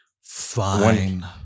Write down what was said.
Fine